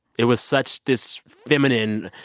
it was such this feminine.